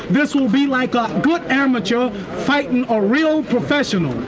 this will be like ah a good amateur fighting a real professional.